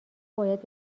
باید